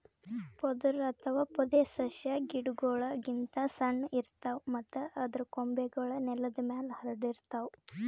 ಪೊದರು ಅಥವಾ ಪೊದೆಸಸ್ಯಾ ಗಿಡಗೋಳ್ ಗಿಂತ್ ಸಣ್ಣು ಇರ್ತವ್ ಮತ್ತ್ ಅದರ್ ಕೊಂಬೆಗೂಳ್ ನೆಲದ್ ಮ್ಯಾಲ್ ಹರ್ಡಿರ್ತವ್